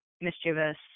mischievous